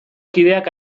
kideak